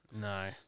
No